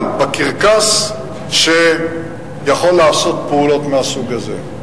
בקרקס שיכול לעשות פעולות מהסוג הזה.